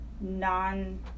non